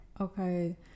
Okay